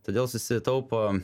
todėl susitaupo